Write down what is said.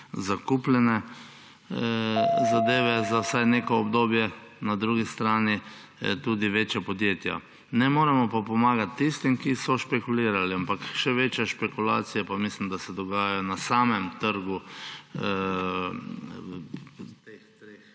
zadeve za vsaj neko obdobje, na drugi strani tudi večja podjetja. Ne moremo pa pomagati tistim, ki so špekulirali. Ampak mislim, da še večje špekulacije se dogajajo na samem trgu teh treh